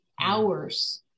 hours